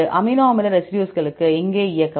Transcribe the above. amino அமில ரெசிடியூஸ்களை இங்கே இயக்கவும்